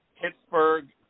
Pittsburgh